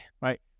right